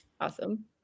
awesome